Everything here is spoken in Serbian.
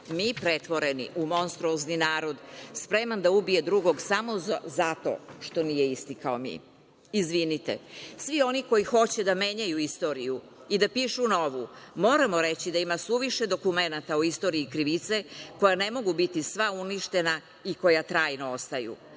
mi pretvoreni u monstruozni narod, spreman da ubije drugog samo zato što nije isti kao mi. Izvinite, svi oni koji hoće da menjaju istoriju i da pišu novu, moramo reći da ima suviše dokumenata o istoriji krivice, koja ne mogu biti sva uništena i koja trajno ostaju.